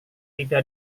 tidak